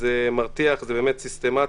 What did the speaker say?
זה מרתיח, זה באמת סיסטמתי.